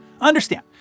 Understand